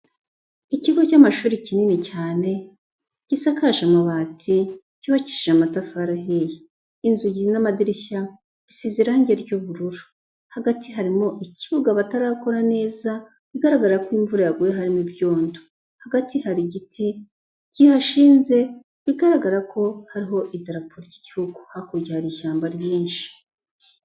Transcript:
Ikigo cy'amashuri kinini cyane gisakaje amabati, cyubakishije amatafari ahiye, inzugi n'amadirishya bisize irangi ry'ubururu, hagati harimo icyibuga batarakora neza bigaragara ko imvura yaguye harimo ibyondo, hagati hari igiti kihashinze bigaragara ko hariho idarapo ry'igihugu, hakurya hari ishyamba ryinshi.